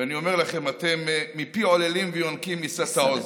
ואני אומר לכם, "מפי עוללים וינקים יסדת עז".